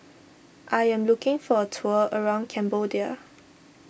I am looking for a tour around Cambodia